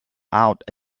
out